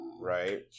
Right